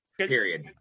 period